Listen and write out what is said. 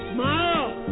Smile